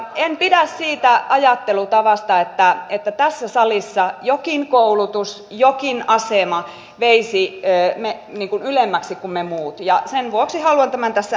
en pidä siitä ajattelutavasta että tässä salissa jokin koulutus tai jokin asema veisi niin kuin ylemmäksi kuin me muut ja sen vuoksi haluan tämän tässä ääneen sanoa